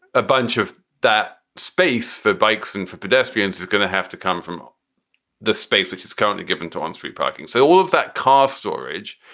a bunch of that space for bikes and for pedestrians is going to have to come from the space which is currently given to on street parking. so all of that cost storage,